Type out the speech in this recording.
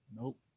Nope